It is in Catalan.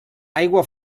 aigua